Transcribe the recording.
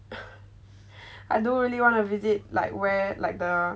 I don't really want to visit like where like the